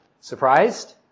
Surprised